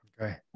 okay